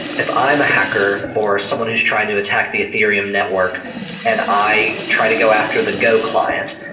if i'm a hacker or someone who's trying to attack the ethereum network and i try to go after the go client,